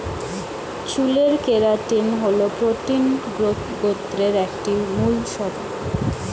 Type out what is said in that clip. চুলের কেরাটিন হল প্রোটিন গোত্রের একটি মূল সদস্য